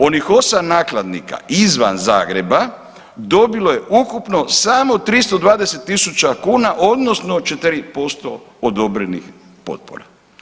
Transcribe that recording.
Onih osam nakladnika izvan Zagreba dobilo je ukupno samo 320.000 kuna odnosno 4% odobrenih potpora.